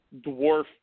dwarf